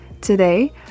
Today